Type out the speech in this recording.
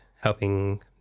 helping